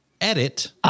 Edit